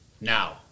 now